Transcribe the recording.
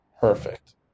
perfect